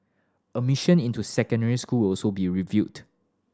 admission into secondary school also be reviewed